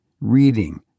reading